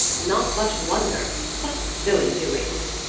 not much wonder! such silly doings!